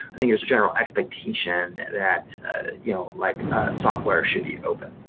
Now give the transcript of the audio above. i think there's a general expectation that you know like a software should be open.